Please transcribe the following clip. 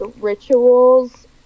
rituals